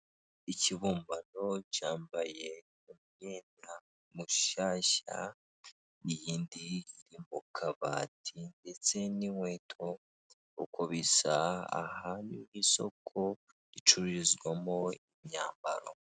Ikibumbano cyambaye umwenda mushyashya, iyindi iri mu kabati ndetse n'inkweto, uko bisa aha ni mu isoko ricururizwamo imyambaro.